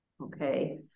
okay